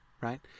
right